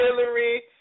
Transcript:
Hillary